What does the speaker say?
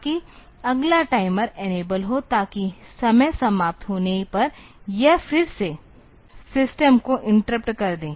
ताकि अगला timer enable हो ताकि समय समाप्त होने पर यह फिर से सिस्टम को इंटरप्ट कर दे